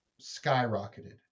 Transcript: skyrocketed